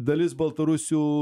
dalis baltarusių